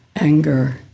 anger